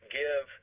give